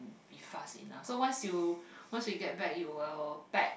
be fast enough so once you once we get back you will pack